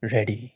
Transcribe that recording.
Ready